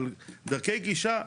אבל דרכי גישה,